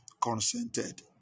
consented